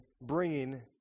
bringing